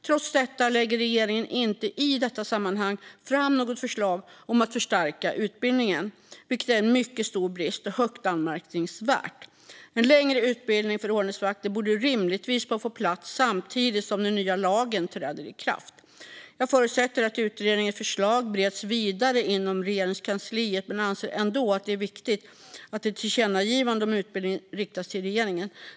Trots detta lägger regeringen i detta sammanhang inte fram något förslag om att förstärka utbildningen, vilket är en mycket stor brist och högst anmärkningsvärt. En längre utbildning för ordningsvakter borde rimligtvis vara på plats samtidigt som den nya lagen träder i kraft. Jag förutsätter att utredningens förslag bereds vidare inom Regeringskansliet men anser ändå att det är viktigt att ett tillkännagivande om utbildningen riktas till regeringen.